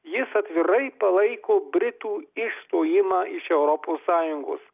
jis atvirai palaiko britų išstojimą iš europos sąjungos